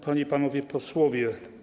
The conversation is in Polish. Panie i Panowie Posłowie!